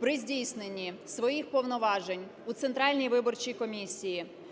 при здійсненні своїх повноважень у Центральній виборчій комісії